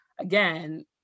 again